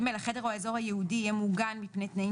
החדר או האזור הייעודי יהיה מוגן מפני תנאים